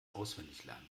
auswendiglernen